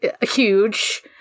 huge